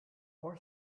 for